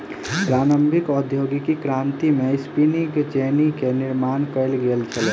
प्रारंभिक औद्योगिक क्रांति में स्पिनिंग जेनी के निर्माण कयल गेल छल